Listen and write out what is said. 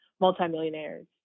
multimillionaires